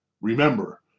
Remember